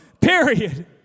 period